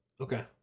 Okay